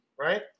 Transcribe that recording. right